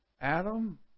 Adam